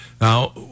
Now